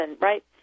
right